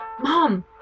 Mom